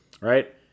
Right